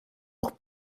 nog